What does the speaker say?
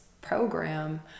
program